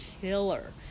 killer